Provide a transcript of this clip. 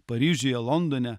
paryžiuje londone